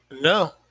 No